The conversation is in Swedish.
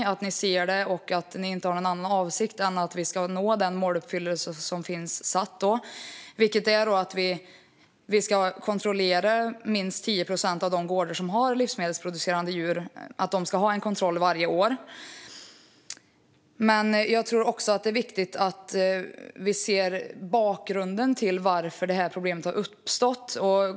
Man ser detta och har ingen annan avsikt än att vi ska uppfylla det mål som finns uppsatt, vilket är att minst 10 procent av de gårdar som har livsmedelsproducerande djur ska genomgå en kontroll varje år. Jag tror dock att det även är viktigt att vi ser bakgrunden till att det här problemet har uppstått.